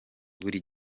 buri